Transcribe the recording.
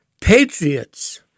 Patriots